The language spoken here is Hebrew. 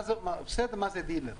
מה זה דילר?